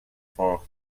for